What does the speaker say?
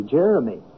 Jeremy